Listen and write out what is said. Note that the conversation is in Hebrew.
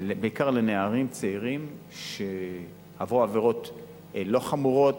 בעיקר לנערים צעירים שעברו עבירות לא חמורות,